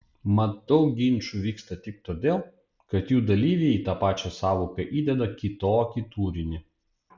mat daug ginčų vyksta tik todėl kad jų dalyviai į tą pačią sąvoką įdeda kitokį turinį